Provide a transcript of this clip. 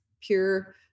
pure